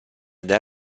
del